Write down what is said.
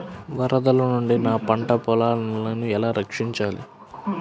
వరదల నుండి నా పంట పొలాలని ఎలా రక్షించాలి?